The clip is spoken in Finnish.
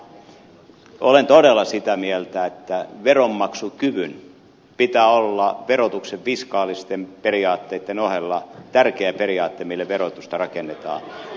heinäluoma olen todella sitä mieltä että veronmaksukyvyn pitää olla verotuksen fiskaalisten periaatteitten ohella tärkeä periaate mille verotusta rakennetaan